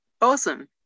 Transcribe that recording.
Awesome